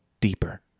deeper